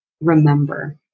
remember